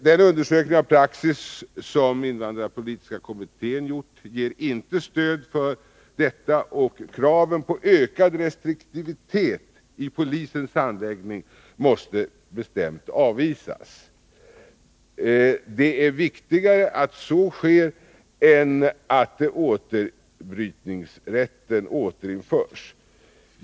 Den undersökning av praxis som invandrarpolitiska kommittén har gjort ger inte stöd för detta, och kraven på ökad restriktivitet i polisens handläggning måste bestämt avvisas. Det är viktigare att så sker än att återbrytningsrätten återinförs.